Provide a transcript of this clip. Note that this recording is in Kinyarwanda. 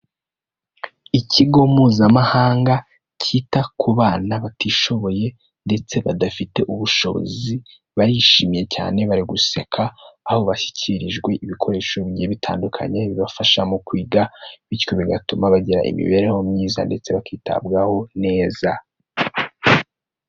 Ikigo mpuzamahanga cyita ku bana batishoboye ndetse badafite ubushobozi, barishimye cyane, bari guseka, aho bashyikirijwe ibikoresho bigiye bitandukanye, bibafasha mu kwiga bityo bigatuma bagira imibereho myiza ndetse bakitabwaho neza.